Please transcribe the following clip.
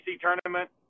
tournament